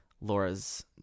Laura's